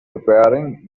preparing